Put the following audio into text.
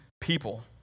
people